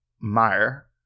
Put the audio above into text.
Meyer